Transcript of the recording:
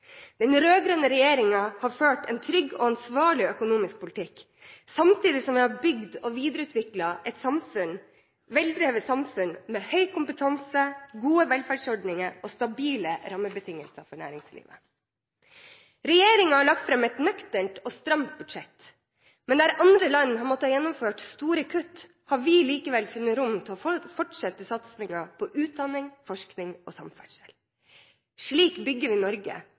Den rød-grønne regjeringen har ført en trygg og ansvarlig økonomisk politikk, samtidig som vi har bygd og videreutviklet et veldrevet samfunn med høy kompetanse, gode velferdsordninger og stabile rammebetingelser for næringslivet. Regjeringen har lagt fram et nøkternt og stramt budsjett. Men der andre land har måttet gjennomføre store kutt, har vi likevel funnet rom til å fortsette satsingen på utdanning, forskning og samferdsel. Slik bygger vi Norge,